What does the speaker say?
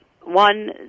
One